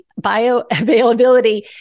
bioavailability